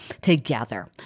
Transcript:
together